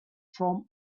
from